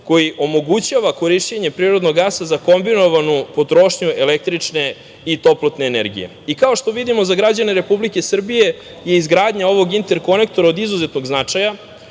koji omogućava korišćenje prirodnog gasa za kombinovanu potrošnju električne i toplotne energije. Kao što vidimo, za građane Republike Srbije je izgradnja ovog interkonektora od izuzetnog značaja,